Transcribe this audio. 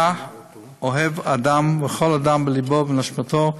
היה אוהב אדם וכל אדם בלבו ובנשמתו,